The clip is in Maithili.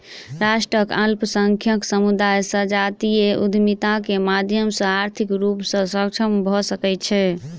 राष्ट्रक अल्पसंख्यक समुदाय संजातीय उद्यमिता के माध्यम सॅ आर्थिक रूप सॅ सक्षम भ सकै छै